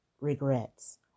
regrets